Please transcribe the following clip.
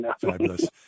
Fabulous